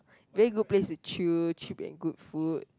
very good place to chill cheap and good food